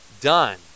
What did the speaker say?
done